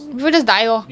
people just die lor